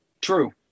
True